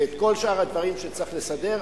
וכל שאר הדברים שצריך לסדר,